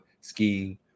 skiing